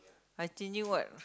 I changing what